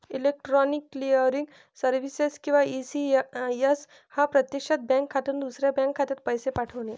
electronic clearing services किंवा ECS हा प्रत्यक्षात बँक खात्यातून दुसऱ्या बँक खात्यात पैसे पाठवणे